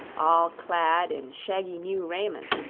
all clad in shaggy new raiment,